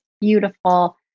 beautiful